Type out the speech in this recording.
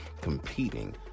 competing